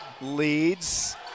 leads